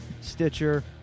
Stitcher